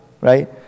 right